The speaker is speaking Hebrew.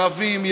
ערבים,